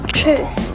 truth